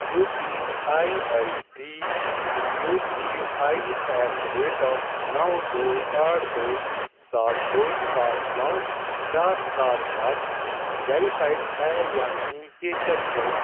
you P I I D U P I at the rate نو دو آٹھ دو سات دو سات نو چار سات سات ویریفائڈ ہے یا نہیں یہ چیک کرو